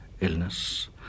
illness